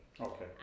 okay